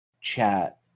chat